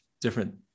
different